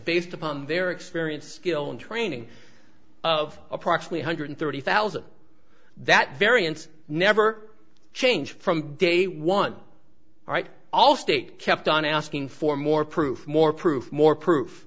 based upon their experience kill in training of approx three hundred thirty thousand that variance never change from day one right all state kept on asking for more proof more proof more proof